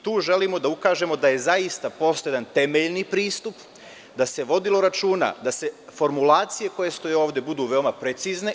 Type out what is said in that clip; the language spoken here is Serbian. Tu želimo da ukažemo da je zaista postojao jedan temeljan pristup, da se vodilo računa, da formulacije koje stoje ovde budu veoma precizne.